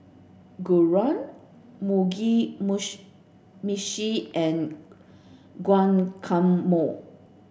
Gyros Mugi meshi and Guacamole